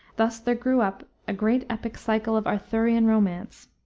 thus there grew up a great epic cycle of arthurian romance,